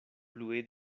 plue